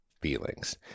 Feelings